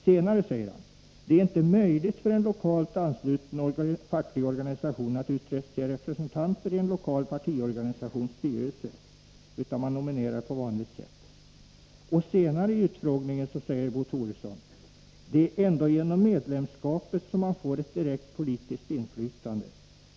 Senare säger han: ”Det är inte möjligt för en lokalt ansluten facklig organisation att utse representanter i en lokal partiorganisations styrelse, utan man nominerar på vanligt sätt.” Och senare i utfrågningen säger Bo Toresson: ”Det är ändå genom medlemskapet som man får ett direkt politiskt inflytande.